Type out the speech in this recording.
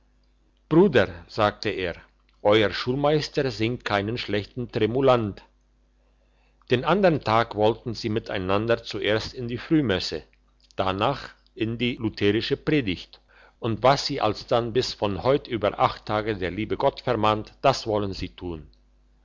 bruder sagte er euer schulmeister singt keinen schlechten tremulant den andern tag wollten sie miteinander zuerst in die frühmesse danach in die lutherische predigt und was sie alsdann bis von heut über acht tage der liebe gott vermahnt das wollten sie tun